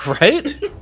Right